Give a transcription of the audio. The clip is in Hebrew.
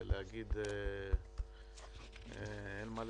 להגיד "אל מלא